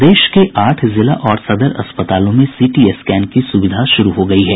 प्रदेश के आठ जिला और सदर अस्पतालों में सिटी स्कैन की सुविधा शुरू हो गयी है